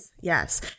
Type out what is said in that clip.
Yes